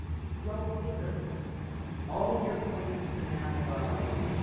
throw hither all your quaint enamell'd eyes,